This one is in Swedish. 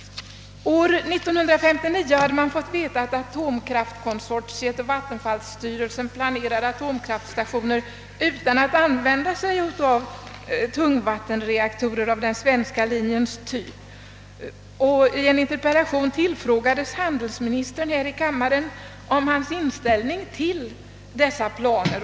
År 1959 hade man fått veta att Atomkraftkonsortiet och vattenfallsstyrelsen planerade atomkraftstationer utan att använda sig av tungvattenreaktorer av den svenska linjens typ. I en interpellation tillfrågades handelsministern här i kammaren om sin inställning till dessa planer.